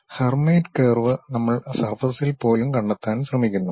Hermite curve നമ്മൾ സർഫസിൽ പോലും കണ്ടെത്താൻ ശ്രമിക്കുന്നു